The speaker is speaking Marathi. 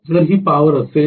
जर ही पॉवर असेल